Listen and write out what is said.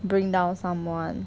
bring down someone